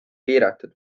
piiratud